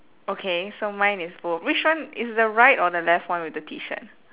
okay so mine is both which one is the right or the left one with the T shirt